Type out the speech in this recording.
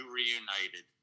reunited